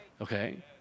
Okay